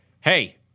hey